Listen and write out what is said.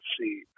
see